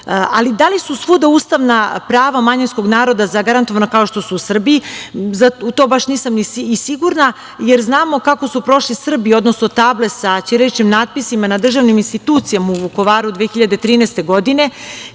da li su svuda ustavna prava manjinskog naroda zagarantovana kao što su u Srbiji? U to baš nisam sigurna, jer znamo kako su prošli Srbi, odnosno table sa ćiriličnim natpisima na državnim institucijama u Vukovaru 2013. godine,